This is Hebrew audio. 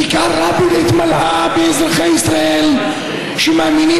כיכר רבין התמלאה באזרחי ישראל שמאמינים